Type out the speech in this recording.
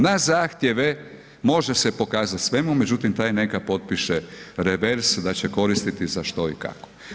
Na zahtjeve može se pokazat svemu, međutim taj neka potpiše reveres da će koristiti za što i kako.